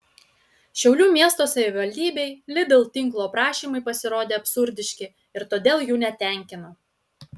šiaulių miesto savivaldybei lidl tinklo prašymai pasirodė absurdiški ir todėl jų netenkino